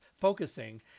focusing